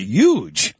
huge